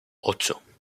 ocho